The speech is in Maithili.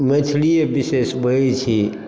मैथिलिये विशेष बजै छी